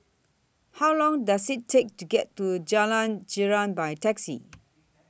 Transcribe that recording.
How Long Does IT Take to get to Jalan Girang By Taxi